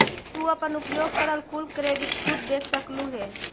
तू अपन उपयोग करल कुल क्रेडिट खुद देख सकलू हे